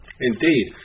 indeed